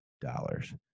dollars